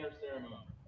ceremony